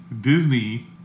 Disney